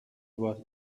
was